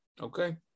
Okay